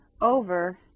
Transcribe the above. over